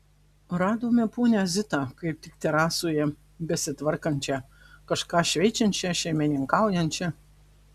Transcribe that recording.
radome ponią zitą kaip tik terasoje besitvarkančią kažką šveičiančią šeimininkaujančią